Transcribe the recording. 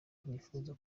rwifuza